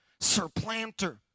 surplanter